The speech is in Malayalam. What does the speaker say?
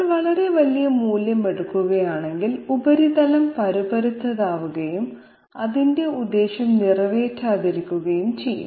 നമ്മൾ വളരെ വലിയ മൂല്യം എടുക്കുകയാണെങ്കിൽ ഉപരിതലം പരുപരുത്തതാവുകയും അതിന്റെ ഉദ്ദേശ്യം നിറവേറ്റാതിരിക്കുകയും ചെയ്യും